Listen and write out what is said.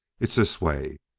it's this way.